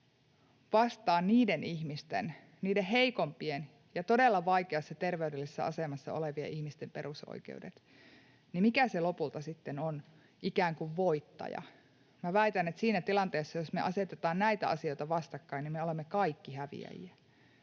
vastaan niiden heikompien ja todella vaikeassa terveydellisessä asemassa olevien ihmisten perusoikeudet ja mikä se lopulta sitten on ikään kuin voittaja? Väitän, että siinä tilanteessa, jos me asetetaan näitä asioita vastakkain, me olemme kaikki häviäjiä.